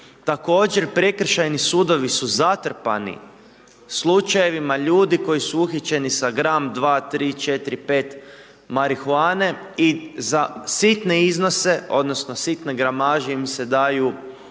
Također prekršajni sudovi su zatrpani slučajevima ljudi koji su uhićeni sa gram, dva, tri, četiri, pet marihuane i za sitne iznose, odnosno sitne gramaže im se daju velike